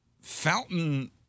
fountain